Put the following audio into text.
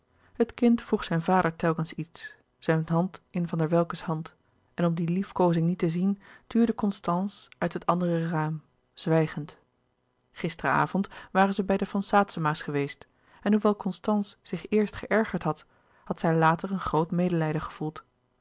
het kind vroeg zijn vader telkens iets louis couperus de boeken der kleine zielen zijn hand in van der welcke's hand en om die liefkoozing niet te zien tuurde constance uit het andere raam zwijgend gisteren avond waren zij bij de van saetzema's geweest en hoewel constance zich eerst geërgerd had had zij later een groot medelijden gevoeld